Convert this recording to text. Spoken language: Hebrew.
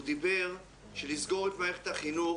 הוא דיבר על כך שלסגור את מערכת החינוך